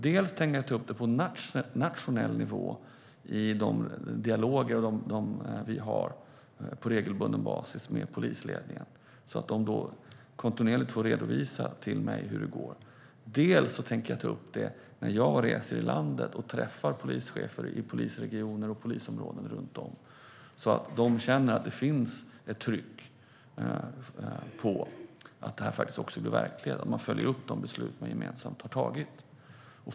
Jag tänker ta upp det på nationell nivå i de dialoger vi har på regelbunden basis med polisledningen så att de kontinuerligt får redovisa till mig hur det går. Jag tänker också ta upp det när jag reser i landet och träffar polischefer i polisregioner och polisområden runt om så att de känner att det finns ett tryck så att det blir verklighet och att man följer upp de beslut som man gemensamt har fattat.